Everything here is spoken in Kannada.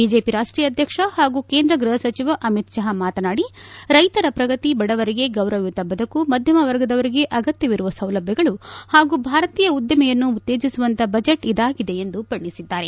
ಬಿಜೆಪಿ ರಾಷ್ವೀಯ ಅಧ್ವಕ್ಷ ಹಾಗೂ ಕೇಂದ್ರ ಗೃಹ ಸಚಿವ ಅಮಿತ್ ಷಾ ಮಾತನಾಡಿ ರೈತರ ಪ್ರಗತಿ ಬಡವರಿಗೆ ಗೌರವಯುತ ಬದುಕು ಮಧ್ಯಮ ವರ್ಗದವರಿಗೆ ಅಗತ್ಯವಿರುವ ಸೌಲಭ್ಯಗಳು ಹಾಗೂ ಭಾರತೀಯ ಉದ್ದಿಮೆಯನ್ನು ಉತ್ತೇಜಿಸುವಂತಹ ಬಜೆಟ್ ಇದಾಗಿದೆ ಎಂದು ಬಣ್ಣೆಸಿದ್ದಾರೆ